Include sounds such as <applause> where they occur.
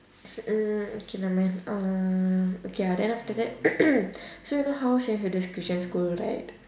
mm okay nevermind um okay ya then after that <coughs> so you know how saint hilda's a christian school right